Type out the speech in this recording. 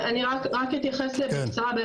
אני רק אתייחס בקצרה,